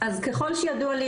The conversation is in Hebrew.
אז ככל שידוע לי,